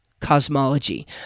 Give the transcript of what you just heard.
cosmology